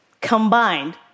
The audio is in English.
combined